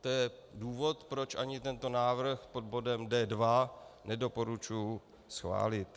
To je důvod, proč ani tento návrh pod bodem D2 nedoporučuji schválit.